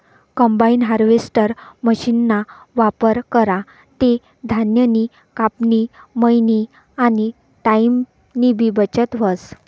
combine harvester मशीनना वापर करा ते धान्यनी कापनी, मयनी आनी टाईमनीबी बचत व्हस